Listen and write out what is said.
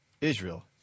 Israel